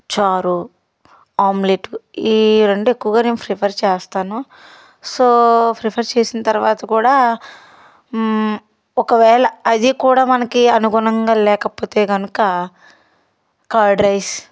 చారు ఆమ్లెట్ ఈ రెండు ఎక్కువగా నేను ప్రిఫర్ చేస్తాను సో ప్రిఫర్ చేసిన తర్వాత కూడా ఒకవేళ అది కూడా మనకి అనుగుణంగా లేకపోతే కనుక కర్డ్ రైస్